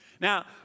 Now